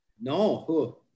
No